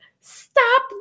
Stop